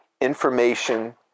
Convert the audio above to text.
information